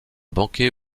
banquet